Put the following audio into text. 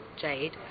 jade